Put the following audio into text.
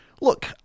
Look